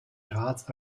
graz